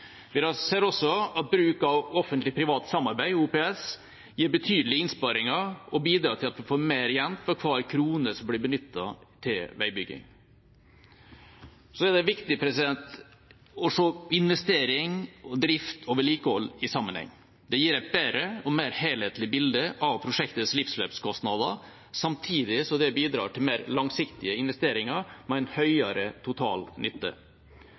Vi ser også at bruk av offentlig-privat samarbeid, OPS, gir betydelige innsparinger og bidrar til at vi får mer igjen for hver krone som blir benyttet til veibygging. Så er det viktig å se investering, drift og vedlikehold i sammenheng. Det gir et bedre og mer helhetlig bilde av prosjektets livsløpskostnader samtidig som det bidrar til mer langsiktige investeringer med en høyere total nytte.